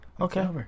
Okay